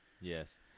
yes